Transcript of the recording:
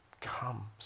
come